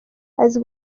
azi